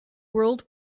world